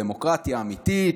דמוקרטיה אמיתית.